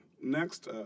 next